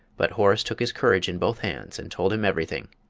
but horace took his courage in both hands and told him everything,